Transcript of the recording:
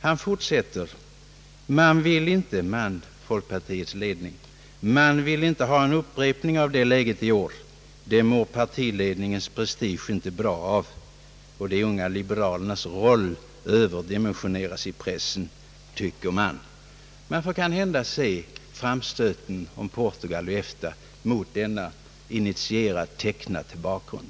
Han fortsatte med att framhålla, att »folkpartiets ledning» inte vill ha en upprepning av detta läge i år. Det mår inte partiledningens prestige bra av och de unga liberalernas roll överdimensioneras i pressen, tycker man». Man får kanhända se framstöten mot Portugal i EFTA mot denna initierat tecknade bakgrund.